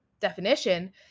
definition